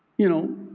you know,